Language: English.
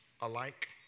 alike